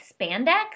spandex